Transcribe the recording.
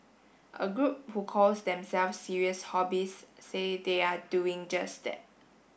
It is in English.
a group who calls themselves serious hobbyists say they are doing just that